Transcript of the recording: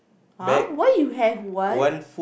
!huh! why you have one